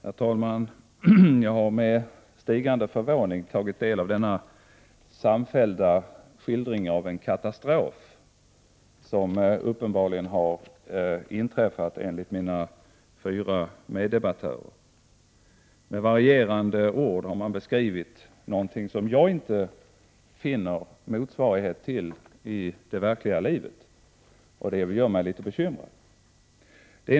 Herr talman! Jag har med stigande förvåning tagit del av denna samfällda skildring av den katastrof som uppenbarligen har inträffat enligt mina fyra meddebattörer. Med varierande ord har man beskrivit någonting som jag inte finner någon motsvarighet till i det verkliga livet, och det gör mig litet bekymrad.